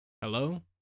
Hello